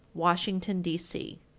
washington, d c.